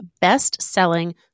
best-selling